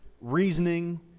reasoning